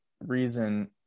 reason